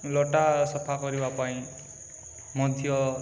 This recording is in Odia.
ଲଟା ସଫା କରିବା ପାଇଁ ମଧ୍ୟ